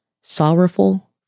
sorrowful